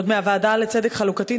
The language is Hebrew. עוד מהוועדה לצדק חלוקתי,